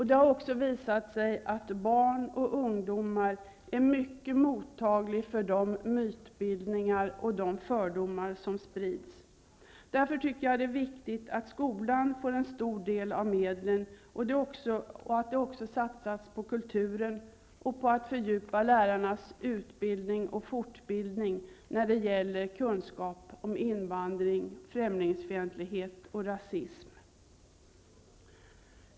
Det har också visat sig att barn och ungdomar är mycket mottagliga för de mytbildningar och de fördomar som sprids. Därför tycker jag att det är viktigt att skolan får en stor del av medlen samt att det också satsas på kulturen och på att fördjupa lärarnas utbildning och fortbildning när det gäller kunskap om invandring, främlingsfientlighet och rasism.